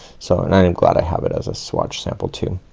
so and i am glad i have it as a swatch sample too.